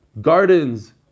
gardens